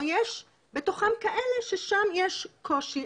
או יש בתוכם כאלה ששם יש קושי.